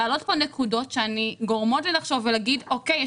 להעלות כאן נקודות שגורמות לי לחשוב ולומר אוקיי,